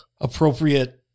appropriate